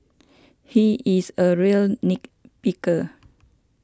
he is a real nit picker